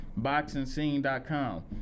BoxingScene.com